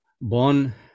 Born